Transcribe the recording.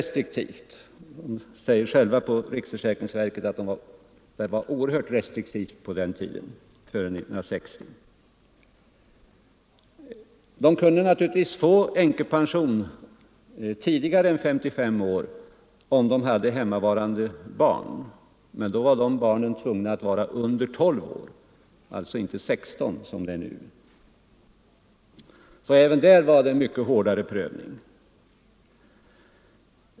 De som arbetar med dessa frågor på riksförsäkringsverket säger själva att man var mycket restriktiv före 1960. Änkor kunde naturligtvis få änkepension före 55 års ålder om de hade hemmavarande barn, men barnen måste då vara under 12 år — och inte 16 som nu. Även därvidlag var det en mycket hårdare prövning.